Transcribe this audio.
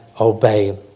obey